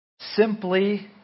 simply